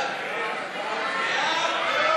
סעיף 01, נשיא המדינה ולשכתו,